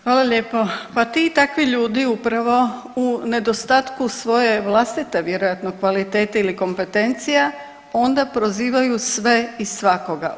Hvala lijepo, pa ti i takvi ljudi upravo u nedostatku svoje vlastite vjerojatno kvalitete ili kompetencija onda prozivaju sve i svakoga.